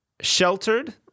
Sheltered